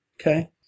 Okay